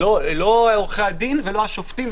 לא על עורכי הדין ולא על השופטים,